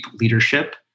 leadership